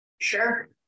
Sure